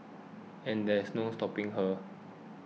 and there is no stopping her